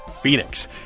Phoenix